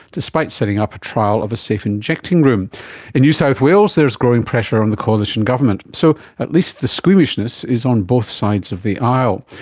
despite setting up a trial of a safe injecting room. in new south wales there is growing pressure on the coalition government. so at least the squeamishness is on both sides of the aisle.